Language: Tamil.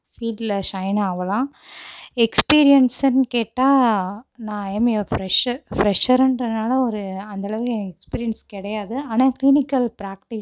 ஃபீல்டில் ஷைன் ஆகலாம் எக்ஸ்பீரியன்ஸுன்னு கேட்டால் நான் ஐ எம் ஏ ஃப்ரெஷ்ஷர் ஃப்ரெஷ்ஷருன்றதினால ஒரு அந்தளவுக்கு எனக்கு எக்ஸ்பீரியன்ஸ் கிடையாது ஆனால் க்ளினிக்கல் ப்ராக்ட்டிஸ்